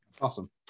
Awesome